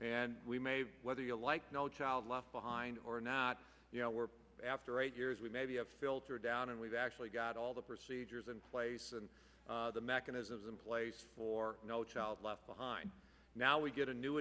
and we may have whether you like no child left behind or not you know we're after eight years we maybe have filtered down and we've actually got all the procedures in place and the mechanisms in place for no child left behind now we get a new